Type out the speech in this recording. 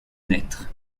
naître